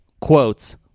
Quotes